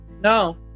no